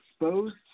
exposed